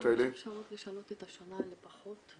האלה --- יש אפשרות לשנות את השנה לפחות?